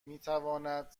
میتواند